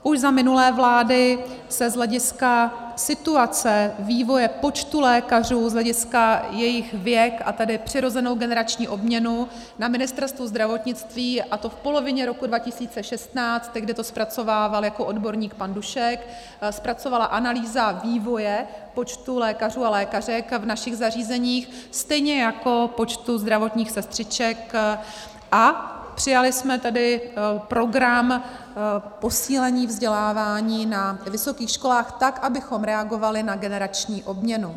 Už za minulé vlády se z hlediska situace vývoje počtu lékařů z hlediska jejich věku, a tedy přirozené generační obměny, na Ministerstvu zdravotnictví, a to v polovině roku 2016 tehdy to zpracovával jako odborník pan Dušek zpracovala analýza vývoje počtu lékařů a lékařek v našich zařízeních, stejně jako počtu zdravotních sestřiček, a přijali jsme program posílení vzdělávání na vysokých školách tak, abychom reagovali na generační obměnu.